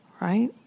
right